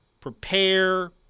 prepare